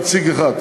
נציג אחד,